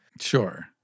Sure